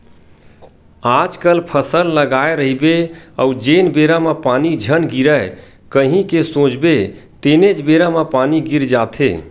आजकल फसल लगाए रहिबे अउ जेन बेरा म पानी झन गिरय कही के सोचबे तेनेच बेरा म पानी गिर जाथे